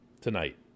tonight